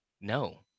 no